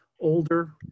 older